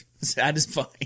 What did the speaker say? satisfying